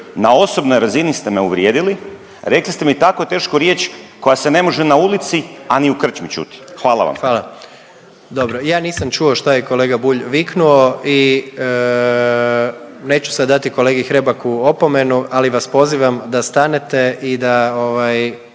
Na osobnoj razini ste me uvrijedili. Rekli ste mi tako tešku riječ koja se ne može na ulici, a ni u krčmi čuti. Hvala vam. **Jandroković, Gordan (HDZ)** Dobro. Ja nisam čuo šta je kolega Bulj viknuo i neću sad dati kolegi Hrebaku opomenu, ali vas pozivam da stanete.